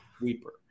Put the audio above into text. Weeper